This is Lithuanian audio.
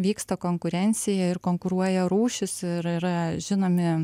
vyksta konkurencija ir konkuruoja rūšys ir yra žinomi